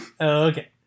okay